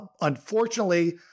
Unfortunately